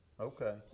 Okay